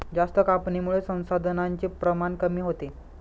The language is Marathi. जास्त कापणीमुळे संसाधनांचे प्रमाण कमी होते